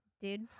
dude